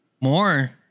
more